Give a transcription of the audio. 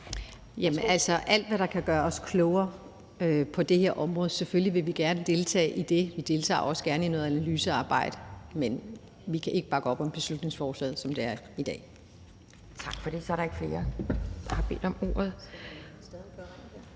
Alt, hvad der kan gøre os klogere på det her område, vil vi selvfølgelig gerne deltage i. Vi deltager også gerne i noget analysearbejde. Men vi kan ikke bakke op om beslutningsforslaget, som det er i dag. Kl. 12:14 Anden næstformand (Pia Kjærsgaard):